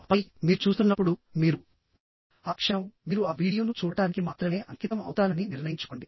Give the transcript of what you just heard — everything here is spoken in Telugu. ఆపై మీరు చూస్తున్నప్పుడు మీరు ఆ క్షణం మీరు ఆ వీడియోను చూడటానికి మాత్రమే అంకితం అవుతానని నిర్ణయించుకోండి